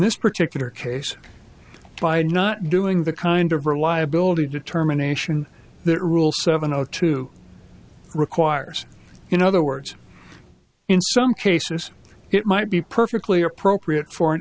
this particular case by not doing the kind of reliability determination that rule seven o two requires in other words in some cases it might be perfectly appropriate for an